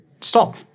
Stop